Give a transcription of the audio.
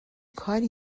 کاری